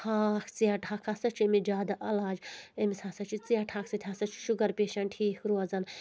ہاکھ ژیٹہٕ ہاکھ ہَسا چھِ أمِس جادٕ علاج أمِس ہسا چھِ ژیٹہٕ ہاکھ سۭتۍ ہسا چھُ شُگر پیشَنٹ ٹھیٖک روزَان